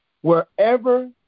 Wherever